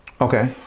Okay